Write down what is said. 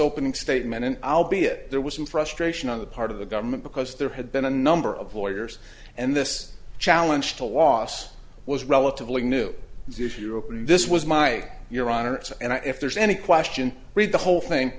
opening statement and i'll be it there was some frustration on the part of the government because there had been a number of lawyers and this challenge to loss was relatively new the if you open this was my your honour's and i if there's any question read the whole thing